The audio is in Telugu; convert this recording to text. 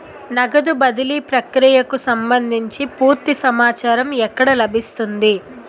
నగదు బదిలీ ప్రక్రియకు సంభందించి పూర్తి సమాచారం ఎక్కడ లభిస్తుంది?